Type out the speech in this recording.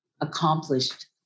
accomplished